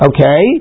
Okay